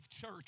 Church